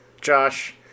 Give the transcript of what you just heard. Josh